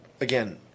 again